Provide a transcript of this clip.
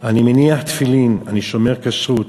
אני מניח תפילין, אני שומר כשרות,